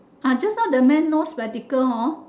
ah just now that man no spectacle hor